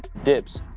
dips,